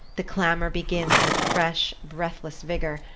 the clamor begins with fresh, breathless vigor,